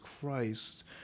Christ